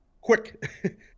Quick